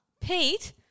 Pete